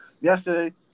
Yesterday